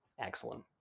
Excellent